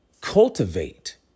cultivate